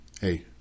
Hey